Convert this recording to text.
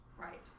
Right